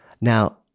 Now